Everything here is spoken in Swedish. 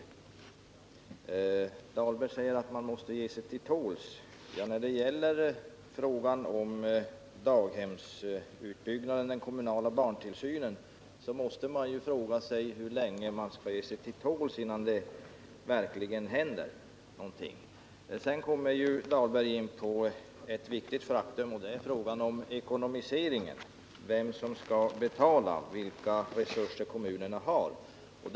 Rolf Dahlberg säger att man måste ge sig till tåls i detta avseende. Ja, man måste i frågan om utbyggnaden av daghemmen och den kommunala barntillsynen i stort fråga sig hur länge man skall ge sig till tåls innan någonting verkligen görs. Rolf Dahlberg kommer vidare in på den viktiga frågan om finansieringen, dvs. vem som skall betala utbyggnaden och vilka resurser kommunerna har för denna.